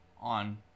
on